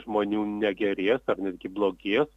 žmonių negerės ar netgi blogės